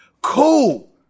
Cool